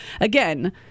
again